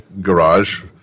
garage